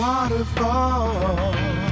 Waterfall